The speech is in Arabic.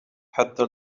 حتى